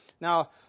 Now